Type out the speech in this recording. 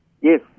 Yes